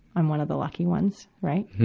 i'm one of the lucky ones, right.